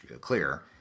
clear